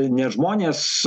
ne žmonės